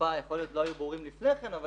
מעט לא היו ברורים לפני כן, אבל